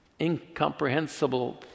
incomprehensible